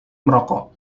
merokok